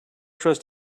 trust